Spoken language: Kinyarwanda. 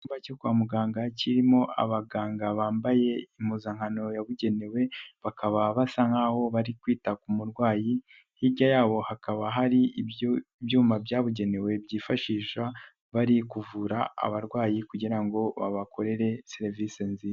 Icyumba cyo kwa muganga kirimo abaganga bambaye impuzankano yabugenewe, bakaba basa nk'aho bari kwita ku murwayi, hirya yabo hakaba hari ibyuma byabugenewe byifashisha bari kuvura abarwayi kugira ngo babakorere serivisi nziza.